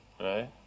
Right